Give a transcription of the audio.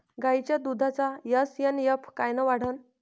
गायीच्या दुधाचा एस.एन.एफ कायनं वाढन?